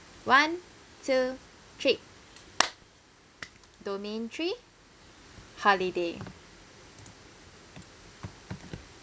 one two three domain three holiday